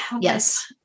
Yes